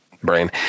brain